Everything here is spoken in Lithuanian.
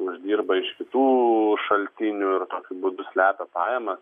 uždirba iš kitų šaltinių ir tokiu būdu slepia pajamas